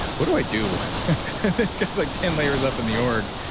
what do i do like ten layers up in the org.